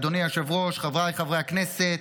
אדוני היושב-ראש, חבריי חברי הכנסת,